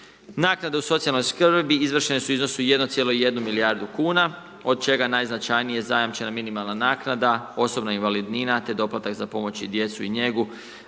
Naknada u socijalnoj skrbi izvršene su u iznosu od 1,1 milijardu kuna od čega najznačajnija zajamčena minimalna naknada, osobna invalidnina te doplatak za pomoć i djecu i njegu